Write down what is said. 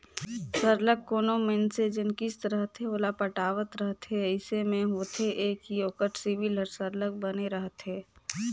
सरलग कोनो मइनसे जेन किस्त रहथे ओला पटावत रहथे अइसे में होथे ए कि ओकर सिविल हर सरलग बने रहथे